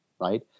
right